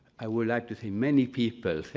i would like to say many people,